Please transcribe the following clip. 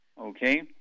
Okay